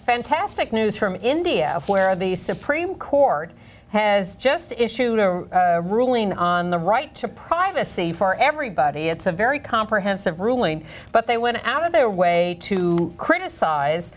fantastic news from india where the supreme court has just issued a ruling on the right to privacy for everybody it's a very comprehensive ruling but they went out of their way to